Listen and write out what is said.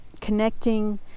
connecting